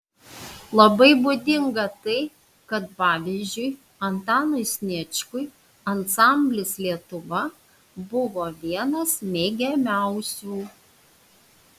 labai būdinga tai kad pavyzdžiui antanui sniečkui ansamblis lietuva buvo vienas mėgiamiausių